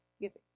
giving